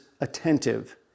attentive